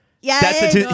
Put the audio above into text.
Yes